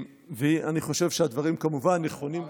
ואני חושב שהדברים כמובן נכונים.